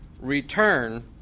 return